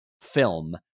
film